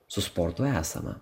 su sportu esama